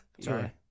Sorry